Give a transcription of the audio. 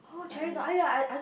like legit